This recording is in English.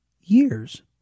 years